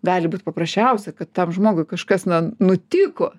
gali būt paprasčiausia kad tam žmogui kažkas nutiko